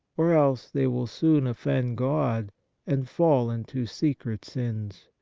or else they will soon offend god and fall into secret sins.